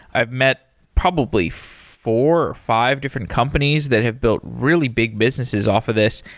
i've met probably four or five different companies that have built really big businesses off of this,